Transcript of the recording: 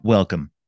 Welcome